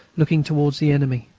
looking towards the enemy.